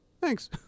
thanks